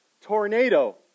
tornado